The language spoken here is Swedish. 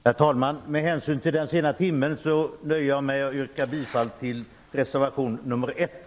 Herr talman! Med hänsyn till den sena timmen nöjer jag mig med att yrka bifall till reservation nr 1.